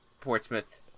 Portsmouth